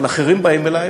אבל אחרים באים אלי,